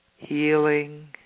Healing